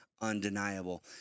undeniable